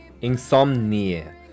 Insomnia